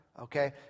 Okay